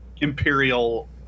imperial